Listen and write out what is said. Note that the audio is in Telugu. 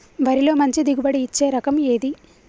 వరిలో మంచి దిగుబడి ఇచ్చే రకం ఏది?